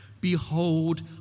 behold